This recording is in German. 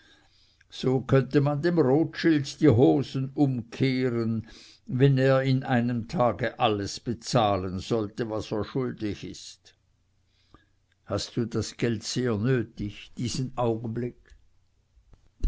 so könnte man dem rothschild die hosen umkehren wenn er in einem tage alles bezahlen sollte was er schuldig ist hast du das geld so sehr nötig diesen augenblick